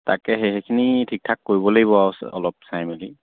তাকে সেই সেইখিনি ঠিকঠাক কৰিব লাগিব আৰু অলপ চাই মেলি